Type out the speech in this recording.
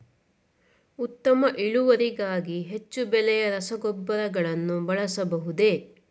ಉತ್ತಮ ಇಳುವರಿಗಾಗಿ ಹೆಚ್ಚು ಬೆಲೆಯ ರಸಗೊಬ್ಬರಗಳನ್ನು ಬಳಸಬಹುದೇ?